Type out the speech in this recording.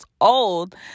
old